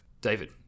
David